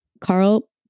Carl